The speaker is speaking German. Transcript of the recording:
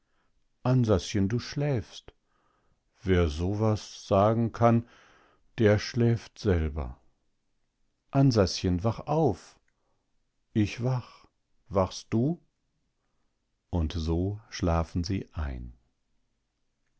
ansaschen du schläfst wer so was sagen kann der schläft selber ansaschen wach auf ich wach wachst du und so schlafen sie ein